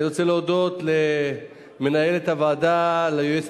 אני רוצה להודות למנהלת הוועדה וליועצת